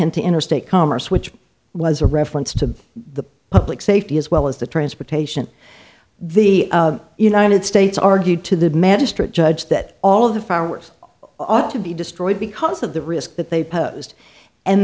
into interstate commerce which was a reference to the public safety as well as the transportation the united states argued to the magistrate judge that all of the flowers ought to be destroyed because of the risk that they posed and